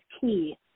key